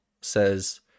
says